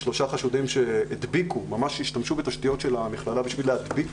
שלושה חשודים שהדביקו - ממש השתמשו בתשתיות של המכללה כדי להדביק